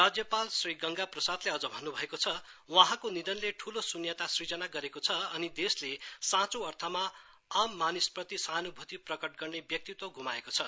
राज्यपाल श्री गंगा प्रसादले अझ भन्नुभएको छ वहाँको निधनले ठूलो शुन्यता सुजना गरेको छ अनि देशले साँचो अर्थमा आममानिसप्रति सहानुभुति प्रकट गर्ने व्यक्तित्व गुमाएको छ